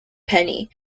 penny